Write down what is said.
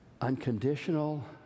unconditional